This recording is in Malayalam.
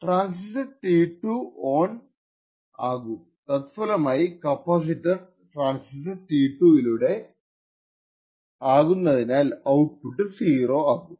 ട്രാന്സിസ്റ്റർ T2 ഓൺ ആകും തത്ഫലമായി കപ്പാസിറ്റർ ട്രാന്സിസ്റ്റർ T2 യിലൂടെ ആകുന്നതിനാൽ ഔട്പുട്ട് 0 ആകും